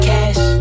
Cash